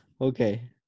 okay